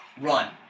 Run